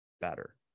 better